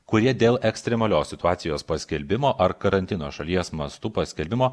kurie dėl ekstremalios situacijos paskelbimo ar karantino šalies mastu paskelbimo